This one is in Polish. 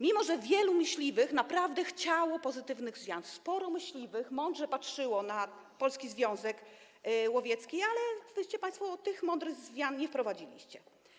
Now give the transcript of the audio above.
Mimo że wielu myśliwych naprawdę chciało pozytywnych zmian, sporo myśliwych mądrze patrzyło na Polski Związek Łowiecki, państwo tych mądrych zmian nie wprowadziliście.